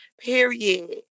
Period